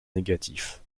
négatif